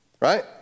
right